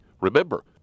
Remember